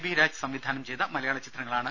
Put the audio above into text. B Raj സംവിധാനം ചെയ്ത മലയാളം ചിത്രങ്ങളാണ്